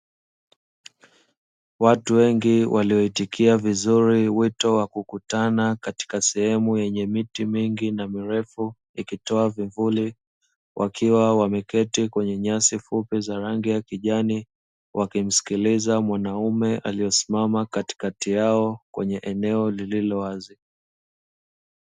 Watu wengi walioitikia vizuri wito wa kukutana katika sehemu yenye mingi na mirefu ikitoa vivuli, wakiwa wameketi kwenye nyasi fupi za rangi ya kijani, wakimsikiliza mwanaume aliyesimama katikati yao kwenye eneo lililo wazi.